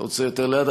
אתה רוצה יותר לאט?